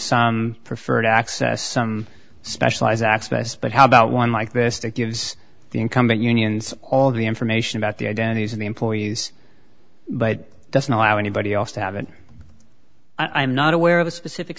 some preferred access some specialized access but how about one like this that gives the incumbent unions all the information about the identities of the employees but doesn't allow anybody else to have an i'm not aware of a specific